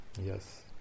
Yes